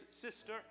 sister